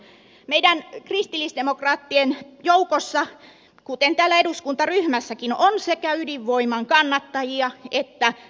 meidän kristillisdemokraattien joukossa kuten täällä eduskuntaryhmässäkin on sekä ydinvoiman kannattajia että vastustajia